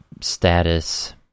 status